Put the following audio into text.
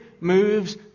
moves